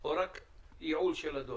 או רק ייעול של הדואר?